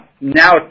now